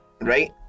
Right